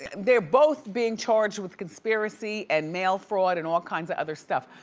they're both being charged with conspiracy and mail fraud, and all kinds of other stuff.